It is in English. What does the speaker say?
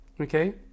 okay